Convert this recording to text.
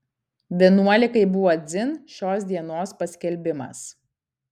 vienuolikai buvo dzin šios dienos paskelbimas